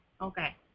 Okay